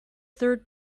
third